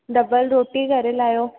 double रोटी करे लाहियो